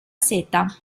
seta